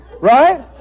Right